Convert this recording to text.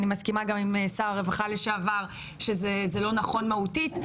אני מסכימה גם עם שר הרווחה לשעבר שזה לא נכון מהותית,